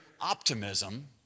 optimism